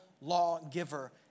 lawgiver